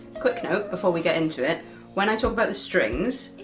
quick note, before we get into it when i talk about the strings,